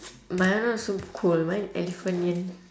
my one also cool mine elephanion